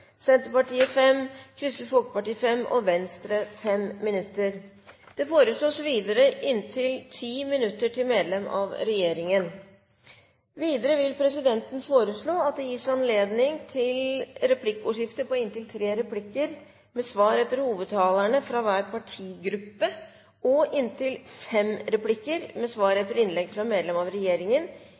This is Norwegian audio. Senterpartiet 5 minutter, Kristelig Folkeparti 5 minutter og Venstre 5 minutter. Det foreslås videre inntil 10 minutter til medlem av regjeringen. Videre vil presidenten foreslå at det gis anledning til replikkordskifte på inntil tre replikker med svar etter hovedtalerne fra hver partigruppe og inntil fem replikker med svar etter innlegg fra medlem av regjeringen